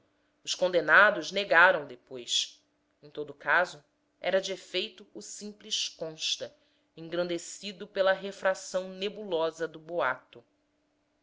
os condenados negaram depois em todo caso era de efeito o simples consta engrandecido pela refração nebulosa do boato